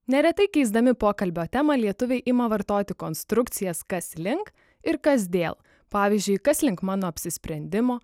neretai keisdami pokalbio temą lietuviai ima vartoti konstrukcijas kas link ir kas dėl pavyzdžiui kas link mano apsisprendimo